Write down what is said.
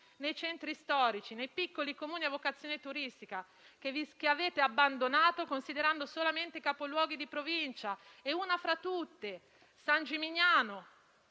nei centri storici dei piccoli Comuni a vocazione turistica, che avete abbandonato, considerando solamente i capoluoghi di Provincia. Ne ricordo uno fra tutte, San Gimignano,